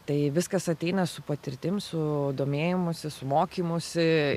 tai viskas ateina su patirtim su domėjimusi su mokymusi